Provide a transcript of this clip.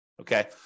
okay